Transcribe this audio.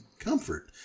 comfort